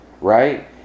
right